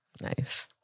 Nice